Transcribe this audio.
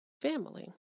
family